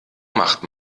macht